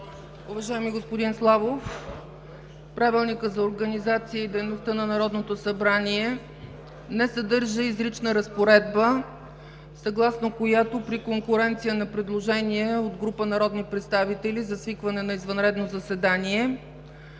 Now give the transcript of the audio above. Уважаеми господин Славов, Правилникът за организацията и дейността на Народното събрание не съдържа изрична разпоредба, съгласно която при конкуренция на предложения от група народни представители за свикване на извънредно заседание